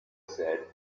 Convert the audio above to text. said